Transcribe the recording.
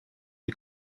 die